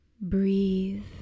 Breathe